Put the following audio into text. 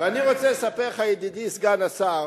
ואני רוצה לספר לך, ידידי סגן השר,